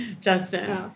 Justin